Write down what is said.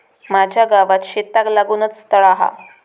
माझ्या गावात शेताक लागूनच तळा हा